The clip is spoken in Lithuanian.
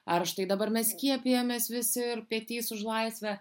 ar štai dabar mes skiepijamės visi ir pietys už laisvę